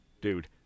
Dude